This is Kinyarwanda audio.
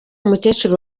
mukecuru